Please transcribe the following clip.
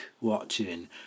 watching